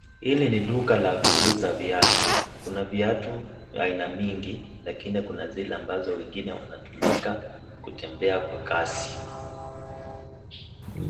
Hili ni duka la kuuza viatu, kuna viatu ya haina mingi, lakini kuna zile ambazo wengine wanatumika, kutembea kwa kasi.